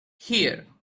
here